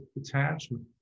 attachment